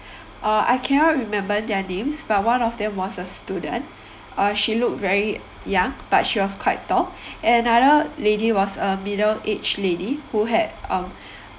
uh I cannot remember their names but one of them was a student uh she looked very young but she was quite tall another lady was a middle age lady who had um